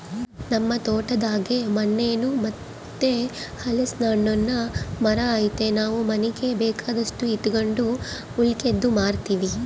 ನಮ್ ತೋಟದಾಗೇ ಮಾನೆಣ್ಣು ಮತ್ತೆ ಹಲಿಸ್ನೆಣ್ಣುನ್ ಮರ ಐತೆ ನಾವು ಮನೀಗ್ ಬೇಕಾದಷ್ಟು ಇಟಗಂಡು ಉಳಿಕೇದ್ದು ಮಾರ್ತೀವಿ